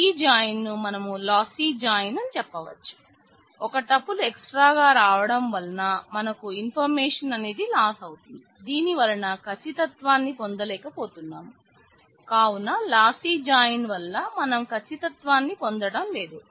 ఈ జాయిన్ ను మనం లాసీ జాయిన్ ని కలిగి లేదు